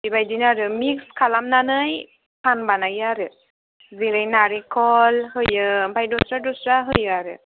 बेबायदिनो आरो मिक्स खालामनानै पान बानायो आरो जेरै नालेंखर होयो आमफ्राय दस्रा दस्रा होयो आरो